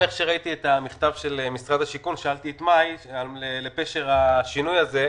איך שראיתי את המכתב של משרד השיכון שאלתי את מאי לפשר השינוי הזה.